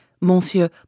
Monsieur